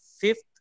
fifth